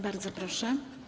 Bardzo proszę.